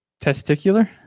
Testicular